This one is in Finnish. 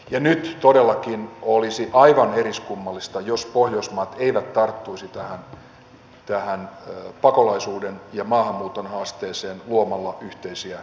nyt todellakin olisi aivan eriskummallista jos pohjoismaat eivät tarttuisi tähän pakolaisuuden ja maahanmuuton haasteeseen luomalla yhteisiä käytäntöjä